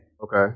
Okay